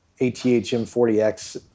ATH-M40X